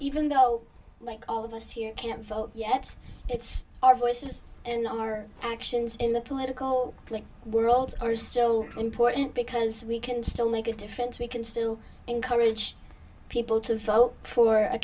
even though like all of us you can't vote yet it's our voices and our actions in the political world are still important because we can still make a difference we can still encourage people to vote for